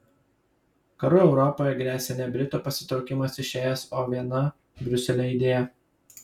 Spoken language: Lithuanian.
karu europoje gresia ne britų pasitraukimas iš es o viena briuselio idėja